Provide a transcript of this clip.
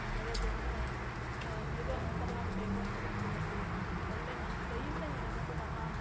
ಹೇಳೋದು ಅಂದರೆ ಇರುವಂತಹ ಟೇಬಲ್ ಕುರ್ಚಿಗಳಲ್ಲಿ ಒಳ್ಳೆ ನನ್ನ ಕೈಯಿಂದ ಹೆಣೆದಂತಹ